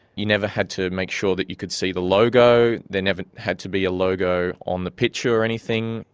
you never had to make sure that you could see the logo. there never had to be a logo on the picture or anything,